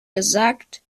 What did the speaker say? gesagt